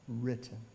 written